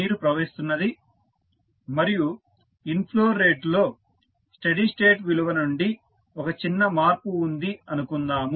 నీరు ప్రవహిస్తున్నది మరియు ఇన్ఫ్లో రేటులో స్టెడీ స్టేట్ విలువ నుండి ఒక చిన్న మార్పు ఉంది అనుకుందాం